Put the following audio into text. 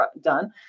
done